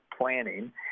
planning